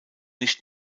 nicht